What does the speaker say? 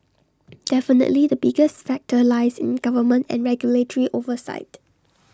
definitely the biggest factor lies in government and regulatory oversight